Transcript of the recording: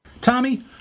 Tommy